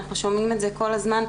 אנחנו שומעים את זה כל הזמן,